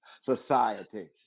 society